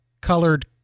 colored